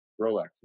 Rolex